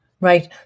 Right